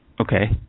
Okay